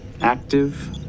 active